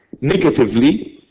negatively